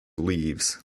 leaves